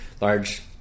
large